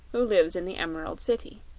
who lives in the emerald city.